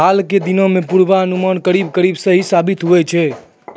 हाल के दिनों मॅ पुर्वानुमान करीब करीब सही साबित होय छै